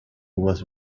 was